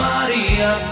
Maria